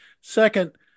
Second